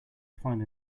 find